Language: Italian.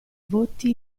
voti